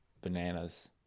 bananas